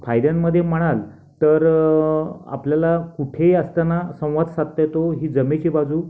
फायद्यांमध्ये म्हणाल तर आपल्याला कुठेही असताना संवाद साधता येतो ही जमेची बाजू